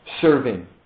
Serving